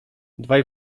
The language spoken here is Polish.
dwaj